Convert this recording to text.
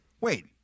Wait